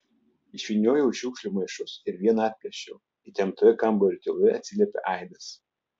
išvyniojau šiukšlių maišus ir vieną atplėšiau įtemptoje kambario tyloje atsiliepė aidas